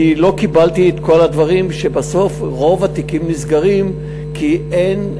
כי לא קיבלתי את כל הדברים שבסוף רוב התיקים נסגרים כי אין,